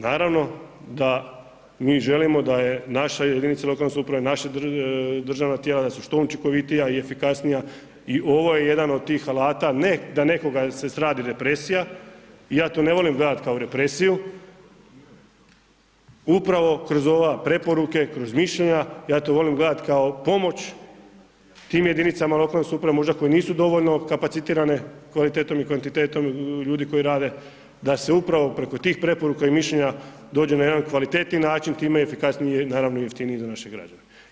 Naravno, da mi želimo da je naša jedinica lokalne samouprave, naša državna tijela da su što učinkovitija i efikasnija i ovo je jedan od tih alata, ne da nekoga se radi represija, ja to ne volim gledat kao represiju, upravo kroz ova preporuke, kroz mišljenja, ja to volim gledat kao pomoć tim jedinicama lokalne samouprave, možda koje nisu dovoljno kapacitirane kvalitetom i kvantitetom ljudi koji rade se upravo preko tih preporuka i mišljenja dođe na jedan kvalitetniji način time efikasnije naravno jeftinije i naravno jeftinije za naše građane.